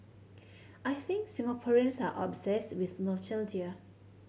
I think Singaporeans are obsessed with nostalgia